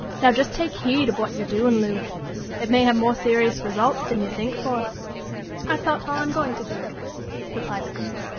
now just take heed of what you're doing, lou. it may have more serious results than you think for i've thought all i'm going to think replied the girl.